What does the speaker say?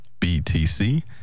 Btc